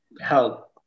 help